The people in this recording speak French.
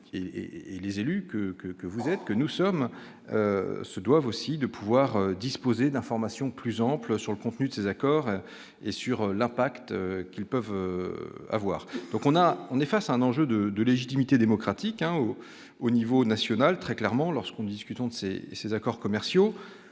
et les élus que que que vous êtes que nous sommes se doivent aussi de pouvoir disposer d'informations plus ample sur le contenu de ces accords et sur l'impact qu'ils peuvent avoir, donc on a, on est face à un enjeu de de légitimité démocratique un ou au niveau national, très clairement lorsqu'on discute, on de ces ces accords commerciaux.